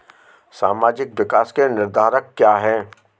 सामाजिक विकास के निर्धारक क्या है?